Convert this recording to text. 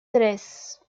tres